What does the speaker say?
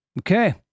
okay